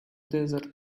desert